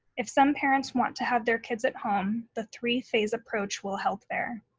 if some parents want to have their kids at home, the three phase approach will help there.